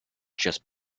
just